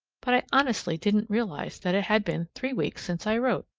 but i honestly didn't realize that it had been three weeks since i wrote.